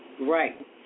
Right